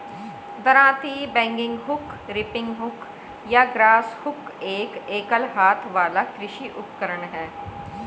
दरांती, bagging hook, reaping hook या grass hook एक एकल हाथ वाला कृषि उपकरण है